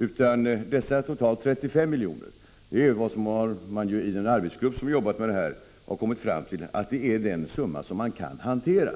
Den arbetsgrupp som har jobbat med denna fråga har kommit fram till att de totalt 35 miljoner som vi föreslår är den summa som man kan hantera